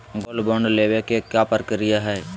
Gold bond लेवे के का प्रक्रिया हई?